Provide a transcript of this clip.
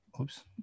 oops